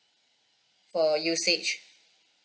for usage